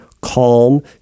calm